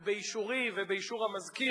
ובאישורי ובאישור המזכיר,